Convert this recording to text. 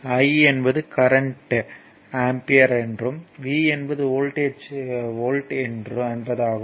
I என்பது கரண்ட்யின் ampere என்றும் V என்பது வோல்ட்டேஜ்யின் வோல்ட் என்பதாகும்